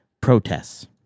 protests